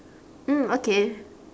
mm okay